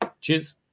Cheers